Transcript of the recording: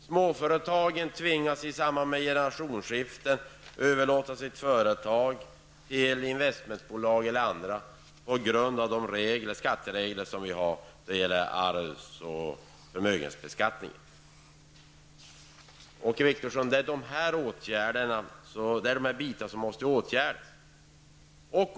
Småföretagare tvingas i samband med generationsskiften att överlåta företagen till investmentbolag eller andra på grund av gällande regler för arvs och förmögenhetsbeskattning. Det är, Åke Wictorsson, dessa bitar som måste åtgärdas.